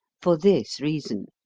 for this reason.